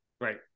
Right